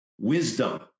wisdom